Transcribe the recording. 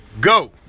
go